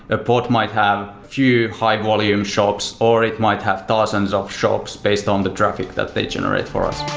a pod might have few high volume shops or it might have thousands of shops based on the traffic that they generate for us.